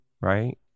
right